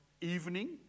evening